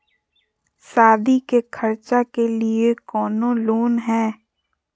सादी के खर्चा के लिए कौनो लोन है?